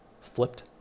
flipped